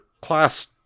class